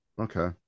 okay